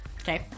okay